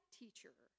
teacher